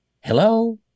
Hello